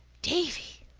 davy!